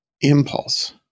impulse